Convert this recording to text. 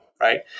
Right